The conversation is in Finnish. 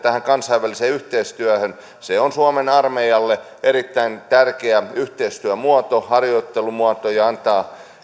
tähän kansainväliseen yhteistyöhön se on suomen armeijalle erittäin tärkeä yhteistyömuoto harjoittelumuoto ja antaa